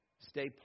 Stay